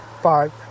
five